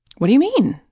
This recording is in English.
what do you mean?